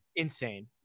Insane